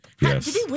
Yes